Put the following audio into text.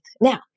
Now